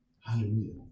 Hallelujah